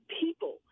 people